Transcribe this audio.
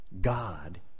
God